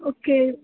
okay